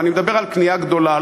ואני מדבר על קנייה גדולה,